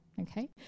okay